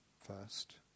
first